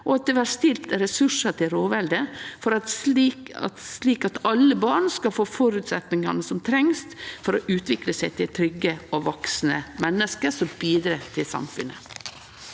og at det blir stilt ressursar til rådvelde, slik at alle barn skal få dei føresetnadene som trengst for å utvikle seg til trygge og vaksne menneske som bidreg til samfunnet.